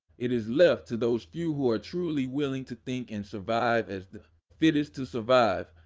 it is left to those few who are truly willing to think and survive as the fittest to survive,